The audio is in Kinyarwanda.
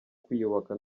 kwiyubaka